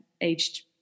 aged